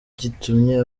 gitumye